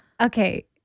Okay